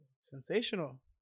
Sensational